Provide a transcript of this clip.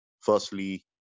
firstly